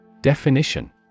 Definition